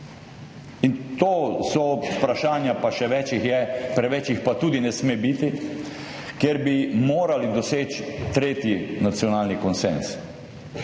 To so vprašanja pa še več jih je, preveč jih pa tudi ne sme biti, kjer bi morali doseči tretji nacionalni konsenz.